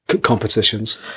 competitions